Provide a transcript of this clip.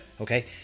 Okay